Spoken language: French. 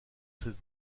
cette